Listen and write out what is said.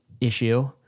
issue